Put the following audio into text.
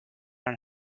and